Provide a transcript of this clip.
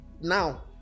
Now